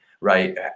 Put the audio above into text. right